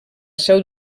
seu